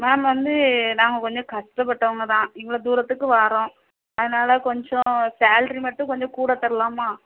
ma'am வந்து நாங்கள் கொஞ்சம் கஷ்டப்பட்டவங்கதான் இவ்வளோ தூரத்துக்கு வரோம் அதனால் கொஞ்சம் சேல்ரி மட்டும் கொஞ்சம் கூட தரலாமா